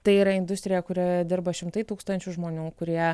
tai yra industrija kurioje dirba šimtai tūkstančių žmonių kurie